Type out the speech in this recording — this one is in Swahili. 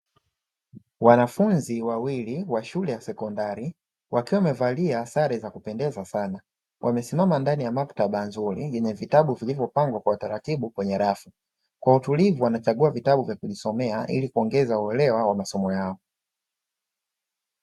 Wanafunzi wawili wa shule ya sekondari, wakiwa wamevalia sare za kupendeza sana, wamesimama ndani ya maktaba nzuri yenye vitabu vyilivyopangwa kwa utaratibu kwenye rafu, kwa utulivu wanachagua vitabu vya kujisomea, ili kuongeza uelewa wa masomo yao.